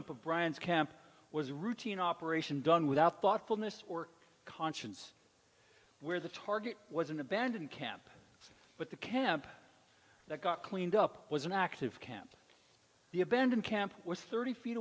up of brian's camp was a routine operation done without thoughtfulness or conscience where the target was an abandoned camp but the camp that got cleaned up was an active camp the abandoned camp was thirty feet